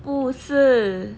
不是